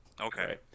Okay